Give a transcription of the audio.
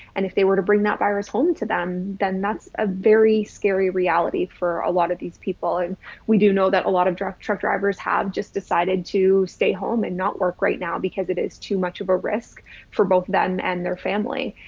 and if they were to bring that virus home to them, then that's a very scary reality for a lot of these people. and we do know that a lot of drug truck drivers have just decided to stay home and not work right now because it is too much of a risk for both of them and their family.